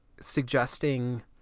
suggesting